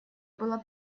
было